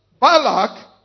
Balak